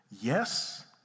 yes